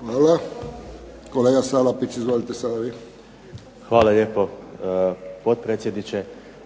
Hvala. Kolega Salapić, izvolite sada vi. **Salapić, Josip (HDZ)** Hvala lijepo, potpredsjedniče.